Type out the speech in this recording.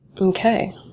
Okay